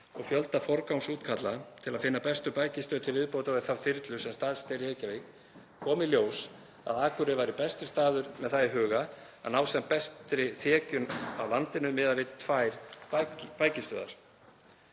og fjölda forgangsútkalla til að finna bestu bækistöð til viðbótar við þá þyrlu sem staðsett er í Reykjavík, kom í ljós að Akureyri væri besti staðurinn með það í huga að ná sem bestri þekjun á landinu miðað við tvær bækistöðvar.